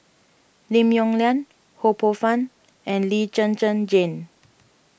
Lim Yong Liang Ho Poh Fun and Lee Zhen Zhen Jane